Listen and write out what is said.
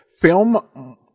film